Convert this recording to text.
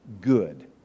good